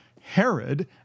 Herod